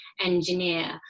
engineer